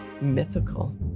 Mythical